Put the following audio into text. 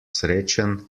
srečen